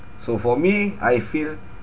so for me I feel